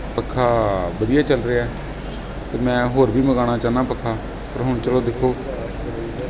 ਪੱਖਾ ਵਧੀਆ ਚੱਲ ਰਿਹਾ ਅਤੇ ਮੈਂ ਹੋਰ ਵੀ ਮੰਗਵਾਉਣਾ ਚਾਹੁੰਦਾ ਪੱਖਾ ਪਰ ਹੁਣ ਚਲੋ ਦੇਖੋ